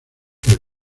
del